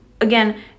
again